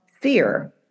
fear